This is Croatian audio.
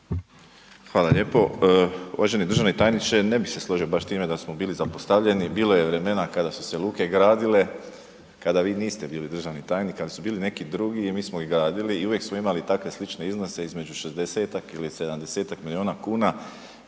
Hvala lijepo. Uvaženi državni tajniče, ne bi se složio baš s time da smo bili zapostavljeni. Bilo je vremena kada su se luke gradile, kada vi niste bili državni tajnik, al su bili neki drugi i mi smo ih gradili i uvijek su imali takve slične iznose između 60-tak ili 70-tak milijuna kuna